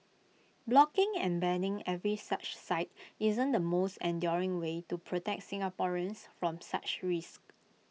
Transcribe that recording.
blocking and banning every such site isn't the most enduring way to protect Singaporeans from such risks